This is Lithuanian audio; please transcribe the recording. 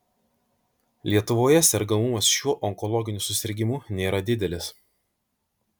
lietuvoje sergamumas šiuo onkologiniu susirgimu nėra didelis